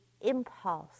impulse